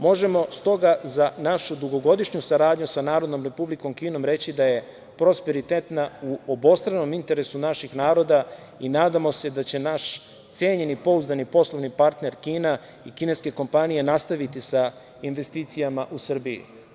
Možemo stoga za našu dugogodišnju saradnju sa Republikom Kinom reći da je prosperitetna u obostranom interesu naših naroda i nadamo se da će naš cenjeni, pouzdani poslovni partner Kina i kineske kompanije nastaviti sa investicijama u Srbiji.